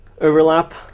overlap